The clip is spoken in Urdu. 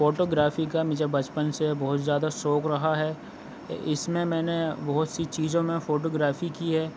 فوٹوگرافی کا مجھے بچپن سے بہت زیادہ شوق رہا ہے اس میں میں نے بہت سی چیزوں میں فوٹوگرافی کی ہے